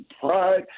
pride